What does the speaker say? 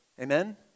Amen